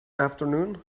afternoon